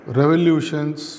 revolutions